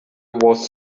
was